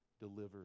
delivered